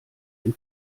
dem